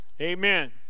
amen